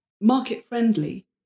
market-friendly